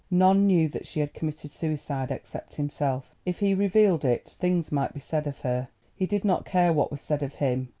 none knew that she had committed suicide except himself. if he revealed it things might be said of her he did not care what was said of him,